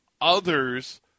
others